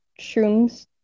shrooms